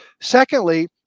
Secondly